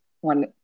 one